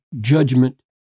judgment